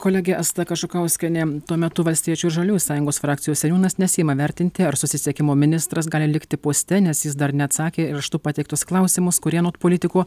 kolegė asta kažukauskienė tuo metu valstiečių ir žaliųjų sąjungos frakcijos seniūnas nesiima vertinti ar susisiekimo ministras gali likti poste nes jis dar neatsakė į raštu pateiktus klausimus kurie anot politikų